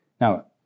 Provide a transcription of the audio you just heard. Now